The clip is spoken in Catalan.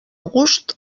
gust